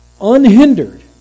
unhindered